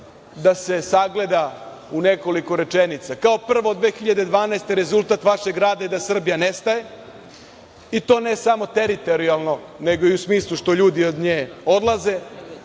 da se sagleda u nekoliko rečenica. Kao prvo, od 2012. godine rezultat vašeg rada je da Srbija nestaje i to ne samo teritorijalno, nego i u smislu što ljudi iz nje odlaze.